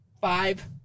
Five